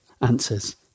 Answers